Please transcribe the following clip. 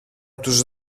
τους